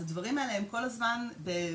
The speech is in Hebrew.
אז הדברים האלה הם כל הזמן באמת,